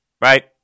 right